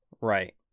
Right